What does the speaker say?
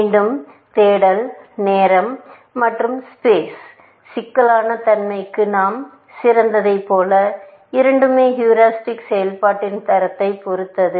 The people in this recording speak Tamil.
மீண்டும் தேடல் நேரம் மற்றும் ஸ்பேஸ் சிக்கலான தன்மைக்கு நாம் சிறந்ததைப் போல இரண்டுமே ஹீரிஸ்டிக் செயல்பாட்டின் தரத்தைப் பொறுத்தது